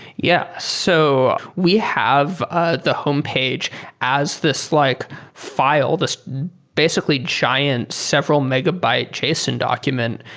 yeah. so we have ah the homepage as this like file, this basically giant, several megabyte json document,